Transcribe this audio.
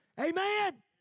Amen